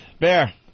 Bear